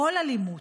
כל אלימות,